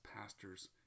pastors